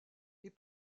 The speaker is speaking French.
les